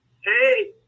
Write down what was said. hey